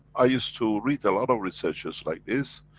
i used to read a lot of researchers like this.